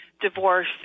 divorce